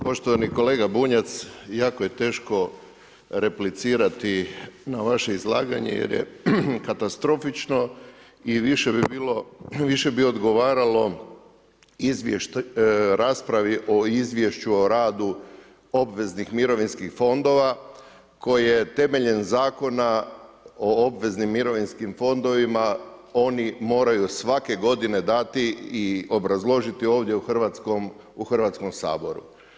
Poštovani kolega Bunjac, jako je teško replicirati na vaše izlaganje jer je katastrofično i više bi odgovaralo izvještaj, raspravi o izvješću o radu obveznih mirovinskih fondova, koje temeljem Zakona o obveznim mirovinskim fondovima, oni moraju svake godine dati i obrazložiti ovdje u Hrvatskom saboru.